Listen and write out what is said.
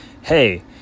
hey